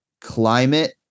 climate